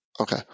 Okay